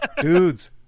dudes